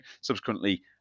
subsequently